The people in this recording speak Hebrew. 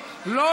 לא.